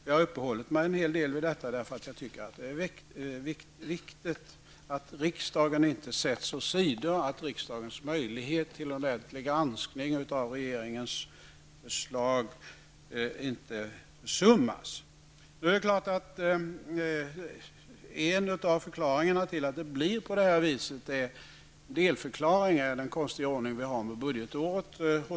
Jag har uppehållit mig en hel del vid detta, eftersom jag anser att det är viktigt att riksdagen inte sätts åsido och att riksdagens möjlighet till ordentlig granskning av regeringens förslag inte försummas. Det är klart att en delförklaring till att det blir så här är att vi har en så konstig ordning med indelningen av budgetåret.